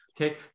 okay